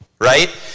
right